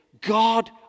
God